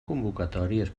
convocatòries